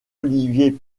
olivier